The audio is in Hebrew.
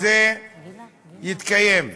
זה יתקיים.